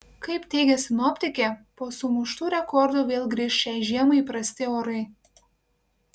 kaip teigia sinoptikė po sumuštų rekordų vėl grįš šiai žiemai įprasti orai